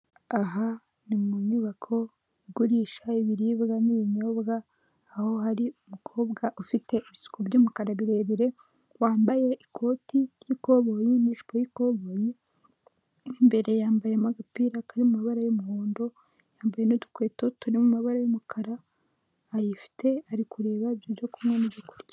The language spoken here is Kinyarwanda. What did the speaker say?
Aha ni mu nyubako igurisha ibiribwa n'ibinyobwa aho hari umukobwa ufite ibisuku by'umukara birebire wambaye ikoti ry'ikoboyi n'ijipo y'ikoboyi, mu imbere yambaye agapira kari mabara y'umuhondo yambaye n'udukweto turi mu mabara y'umukara ayifite ari kureba ibyo byo kunywa n'ibyo kunywa.